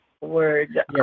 word